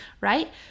Right